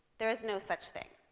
there is no such thing.